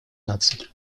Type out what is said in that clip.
наций